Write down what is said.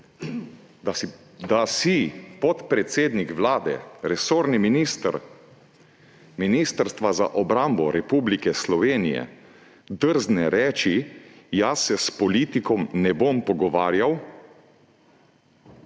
Da si podpredsednik Vlade, resorni minister Ministrstva za obrambo Republike Slovenije drzne reči, jaz se s politikom ne bom pogovarjal,